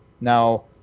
now